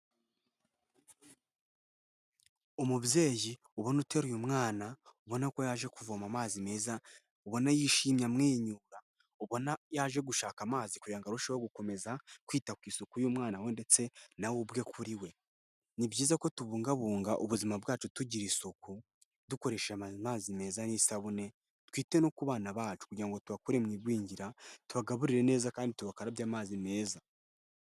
Umubyeyi ubona uteraye umwana, ubona ko yaje kuvoma amazi meza, ubona yishimye amwenyura, ubona yaje gushaka amazi kugira ngo arusheho gukomeza kwita ku isuku y'umwana we ndetse na we ubwe kuri we. Ni byiza ko tubungabunga ubuzima bwacu tugira isuku dukoreshaje amazi meza n'isabune, twite no ku bana bacu kugira ngo tubakure mu igwingira tugaburire neza kandi tubakarabye amazi meza.